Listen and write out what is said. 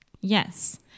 yes